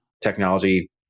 technology